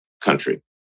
country